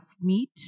meat